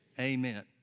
amen